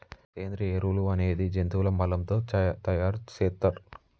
సేంద్రియ ఎరువులు అనేది జంతువుల మలం తో తయార్ సేత్తర్